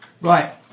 Right